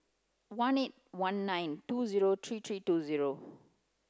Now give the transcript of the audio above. one eight one nine two zero three three two zero